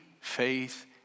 faith